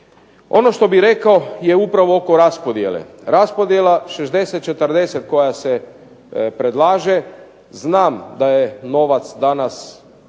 Ono što bih rekao je upravo oko raspodjele. Raspodjela 60:40 koja se predlaže znam da je novac danas